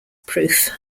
proof